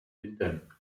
wintern